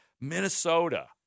Minnesota